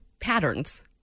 patterns